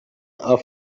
are